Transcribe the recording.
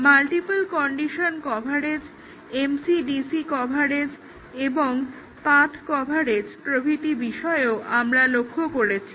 multiple condition coverage MCDC coverage এবং path coverage প্রভৃতি বিষয়েও আমরা লক্ষ্য করেছি